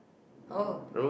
oh